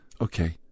Okay